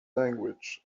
language